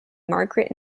margaret